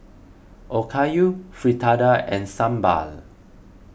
Okayu Fritada and Sambar